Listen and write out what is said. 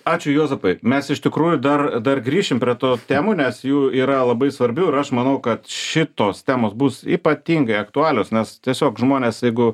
ačiū juozapai mes iš tikrųjų dar dar grįšim prie to temų nes jų yra labai svarbių ir aš manau kad šitos temos bus ypatingai aktualios nes tiesiog žmonės jeigu